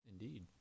Indeed